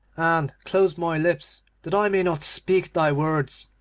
and close my lips that i may not speak thy words,